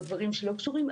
או דברים שלא קשורים,